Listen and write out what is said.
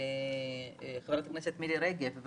חברת הכנסת מירי רגב,